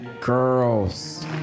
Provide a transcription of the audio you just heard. girls